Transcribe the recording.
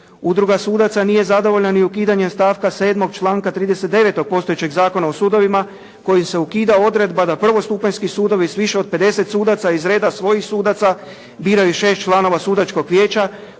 Udruga sudaca nije zadovoljna ni ukidanjem stavka 7. članka 39. postojećeg Zakona o sudovima kojim se ukida odredba da prvostupanjski sudovi s više od 50 sudaca iz reda svojih sudaca biraju 6 članova Sudačkog vijeća